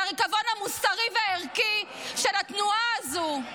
לריקבון המוסרי והערכי של התנועה הזו.